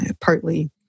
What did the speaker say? partly